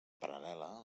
paral·lela